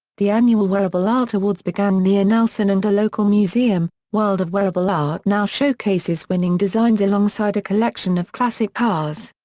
the annual wearable art awards began near nelson and a local museum, world of wearable art now showcases winning designs alongside a collection of classic cars.